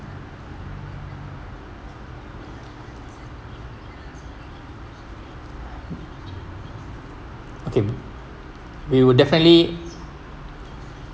okay we will definitely